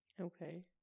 Okay